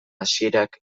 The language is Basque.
hasierak